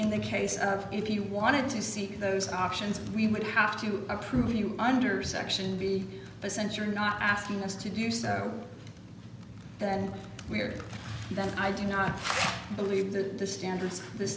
in the case of if you wanted to see those options we would have to approve you under section b but since you're not asking us to do so then we are then i do not believe that the standards the